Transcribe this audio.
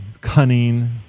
cunning